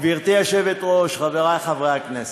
גברתי היושבת-ראש, חברי חברי הכנסת,